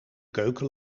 keuken